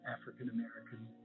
African-American